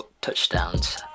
Touchdowns